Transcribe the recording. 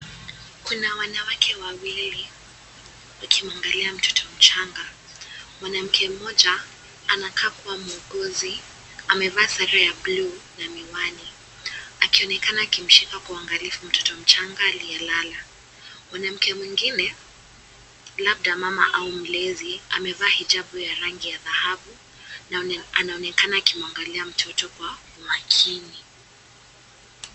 Kuna wanawake wawili wakimwangalia mtoto mchaga. Mwanamke mmoja anakaa kuwa muuguzi amevaa sare ya bluu na miwani akionekana akimshika kwa uangalifu mtoto mchanga aliyelala. Mwanamke mwingine labda mamai au mlezi amevaa hijabu ya rangi ya dhahabu na anaonekana akimwangalia mtoto kwa makini.